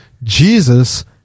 Jesus